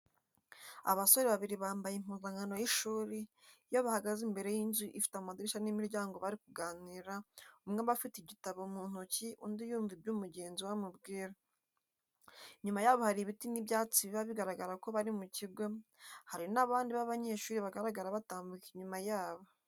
Abasore babiri bambaye impuzankano y'ishuri, iyo bahagaze imbere y'inzu ifite amadirishya n'imiryango bari kuganira, umwe aba afite igitabo mu ntoki undi yumva ibyo umugenzi we amubwira, inyuma yabo hari ibiti n'ibyatsi biba bigaragaza ko bari mu kigo. Hari n'abandi banyeshuri bagaragara batambuka inyuma yabo.